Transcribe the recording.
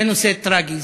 זה נושא טרגי,